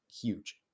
huge